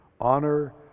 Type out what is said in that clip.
Honor